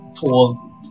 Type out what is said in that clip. tall